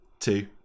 two